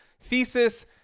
Thesis